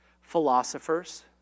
philosophers